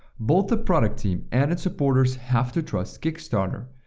both the product team and its supports have to trust kickstarter.